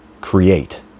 Create